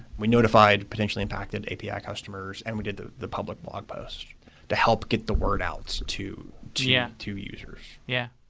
we notified, potentially impacted api yeah customers and we did the the public blog post to help get the word out to yeah to users. yeah.